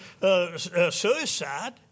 suicide